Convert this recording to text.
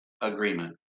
agreement